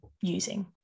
using